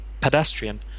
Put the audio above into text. pedestrian